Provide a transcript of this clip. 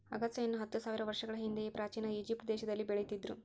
ಅಗಸೆಯನ್ನು ಹತ್ತು ಸಾವಿರ ವರ್ಷಗಳ ಹಿಂದೆಯೇ ಪ್ರಾಚೀನ ಈಜಿಪ್ಟ್ ದೇಶದಲ್ಲಿ ಬೆಳೀತಿದ್ರು